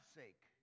sake